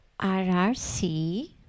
RRC